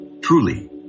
Truly